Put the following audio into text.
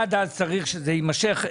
עד אז צריך שזה יימשך.